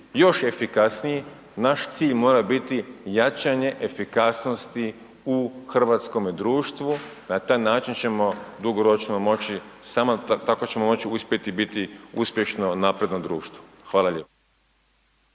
još efikasniji. Naš cilj mora biti jačanje efikasnosti u hrvatskome društvu, na taj način ćemo dugoročno moći, samo tako ćemo moći uspjeti i biti uspješno napredno društvo. Hvala lijepo.